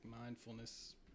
mindfulness